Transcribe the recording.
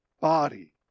body